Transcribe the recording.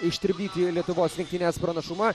ištirpdyti lietuvos rinktinės pranašumą